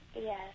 Yes